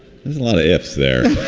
lot of ifs there